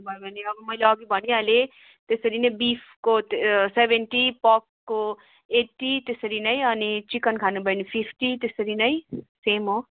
भयो भने मैले अघि भनिहालेँ त्यसरी नै बिफको सेभन्टी पोर्कको एटी त्यसरी नै अनि चिकन खानुभयो भने फिप्टी त्यसरी नै सेम हो